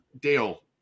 Dale